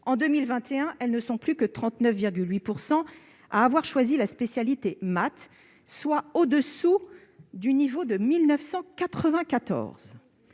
en 2021, elles ne sont plus que 39,8 % à avoir choisi la spécialité « maths », soit au-dessous du niveau de 1994.